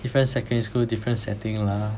different secondary school different setting lah